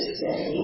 say